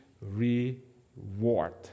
reward